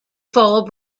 fall